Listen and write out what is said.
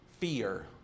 fear